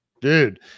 dude